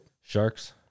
Sharks